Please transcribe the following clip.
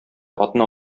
атны